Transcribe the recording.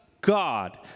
God